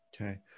Okay